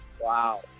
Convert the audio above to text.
Wow